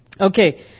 Okay